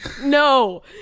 No